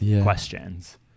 questions